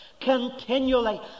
continually